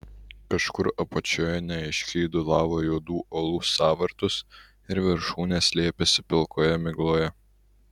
kažkur apačioje neaiškiai dūlavo juodų uolų sąvartos ir viršūnės slėpėsi pilkoje migloje